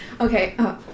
okay